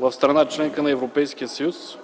в страна – членка на Европейския съюз,